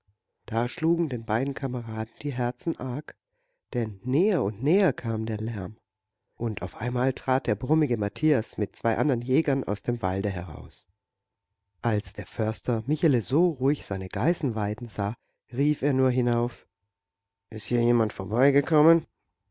da schlugen den beiden kameraden die herzen arg denn näher und näher kam der lärm und auf einmal trat der brummige matthias mit zwei andern jägern aus dem walde heraus als der förster michele so ruhig seine geißen weiden sah rief er nur hinauf ist hier jemand vorbeigekommen